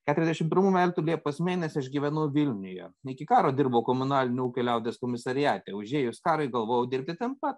keturiasdešim pirmų metų liepos mėnesį aš gyvenau vilniuje iki karo dirbau komunalinio ūkio liaudies komisariate užėjus karui galvojau dirbti ten pat